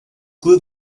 glue